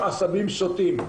עשבים שוטים.